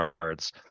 cards